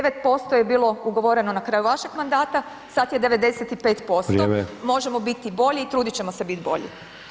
9% je bilo ugovoreno na kraju vašeg mandata, sad je 95% možemo biti bolji i trudit ćemo se biti bolji.